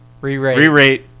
re-rate